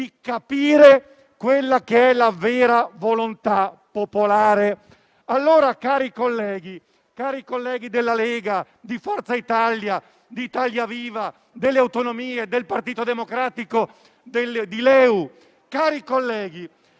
di capire la vera volontà popolare. Allora, cari colleghi della Lega, di Forza Italia, di Italia Viva, di Per le Autonomie, del Partito Democratico e di LeU, credete